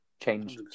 Change